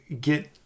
get